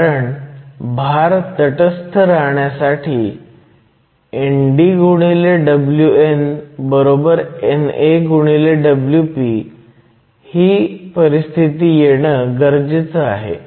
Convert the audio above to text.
कारण भर तटस्थ राहण्यासाठी ND Wn NA Wp हे गरजेचं आहे